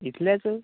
इतलेंच